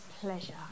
pleasure